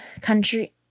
Country